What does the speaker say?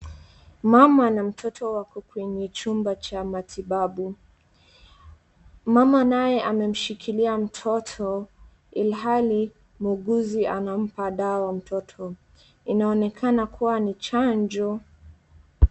Mama na mtoto wako kwenye chumba cha matibabu. Mama naye anamshikilia mtoto ilihali muuguzi anampa dawa mtoto. Inaonekana kuwa ni chanjo.